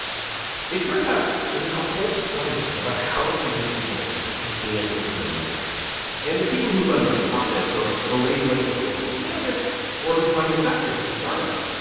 it turns out that there's a whole science about how to convince people to hand over their money and the people who run nonprofits or or raise money for political candidates or who find investors for startups.